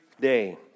day